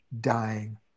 dying